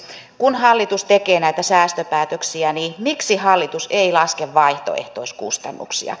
kun hallitus tekee näitä säästöpäätöksiä niin miksi hallitus ei laske vaihtoehtoiskustannuksia